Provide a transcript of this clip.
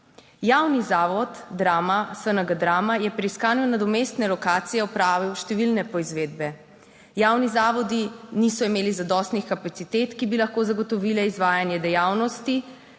Javni zavod Drama SNG Drama je pri iskanju nadomestne lokacije opravil številne poizvedbe. Javni zavodi niso imeli zadostnih kapacitet, ki bi lahko zagotovile izvajanje dejavnosti